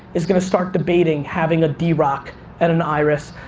is gonna start debating having a derock, and an irs,